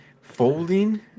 Folding